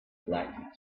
blackness